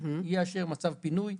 יהיה מצב פינוי,